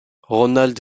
ronald